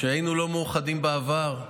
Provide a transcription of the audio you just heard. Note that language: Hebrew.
כשהיינו לא מאוחדים בעבר,